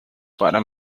para